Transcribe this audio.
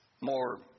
more